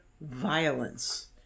Violence